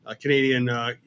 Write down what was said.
Canadian